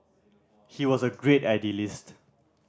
he was a great idealist